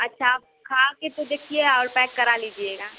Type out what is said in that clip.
अच्छा आप खा कर तो देखिये और पैक करा लीजिएगा